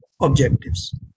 objectives